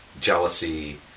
Jealousy